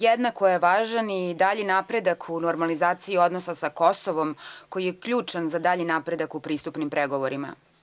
Jednako je važan i dalji napredak u normalizaciji odnosa sa Kosovom, koji je ključan za dalji napredak u pristupnim pregovorima.